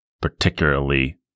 particularly